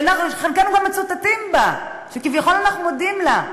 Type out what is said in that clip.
וחלקנו גם מצוטטים בה שכביכול אנחנו מודים לה,